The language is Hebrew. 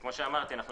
כמו שאמרתי, אנחנו